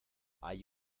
hay